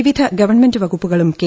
വിവിധ ഗവൺമെന്റ് വകുപ്പുകളും കെ